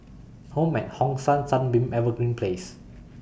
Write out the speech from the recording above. Home At Hong San Sunbeam Evergreen Place